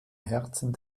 herzen